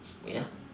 ya